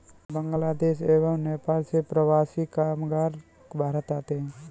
बांग्लादेश एवं नेपाल से प्रवासी कामगार भारत आते हैं